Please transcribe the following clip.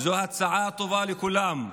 זו הצעה טובה לכולם,